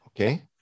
Okay